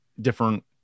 different